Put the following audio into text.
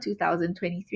2023